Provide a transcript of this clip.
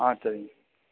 ஆ சரிங்க